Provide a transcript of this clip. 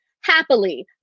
happily